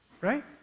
right